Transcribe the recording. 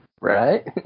Right